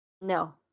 no